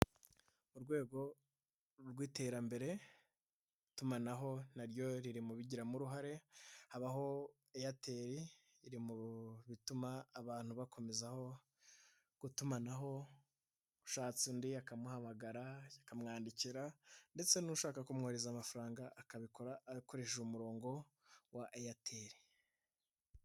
Urwego rw'iterambere itumanaho naryo riri mu bibigiramo uruhare, habaho eyateli iri bituma abantu bakomezaho gutumanaho, ushatse undi akamuhamagara akamwandikira ndetse n'ushaka kumwohereza amafaranga akabikora akoresheje umurongo wa eyateli.